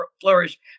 flourish